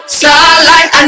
starlight